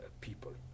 people